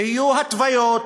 יהיו התוויות,